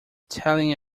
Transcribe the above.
telling